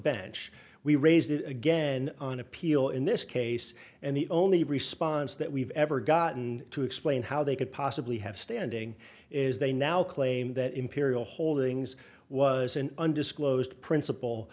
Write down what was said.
bench we raised it again on appeal in this case and the only response that we've ever gotten to explain how they could possibly have standing is they now claim that imperial holdings was an undisclosed principle